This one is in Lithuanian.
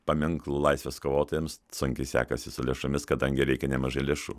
paminklu laisvės kovotojams sunkiai sekasi su lėšomis kadangi reikia nemažai lėšų